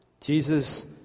Jesus